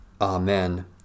Amen